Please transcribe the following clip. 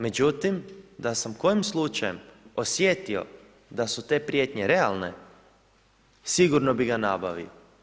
Međutim, da sam kojim slučajem osjetio da su te prijetnje realne, sigurno bi ga nabavio.